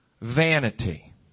vanity